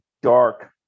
dark